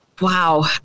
wow